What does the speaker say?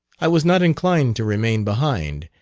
i was not inclined to remain behind,